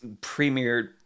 premiered